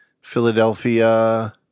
Philadelphia